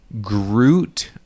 Groot